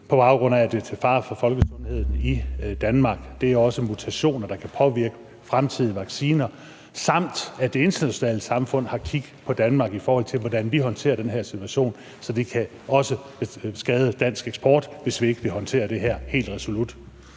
på baggrund af, at det er til fare for folkesundheden i Danmark. Det er også mutationer, der kan påvirke fremtidige vacciner, samt at det internationale samfund har kig på Danmark, i forhold til hvordan vi håndterer den her situation. Så det kan også skade dansk eksport, hvis ikke vi vil håndtere det her helt resolut.